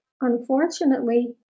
unfortunately